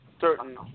certain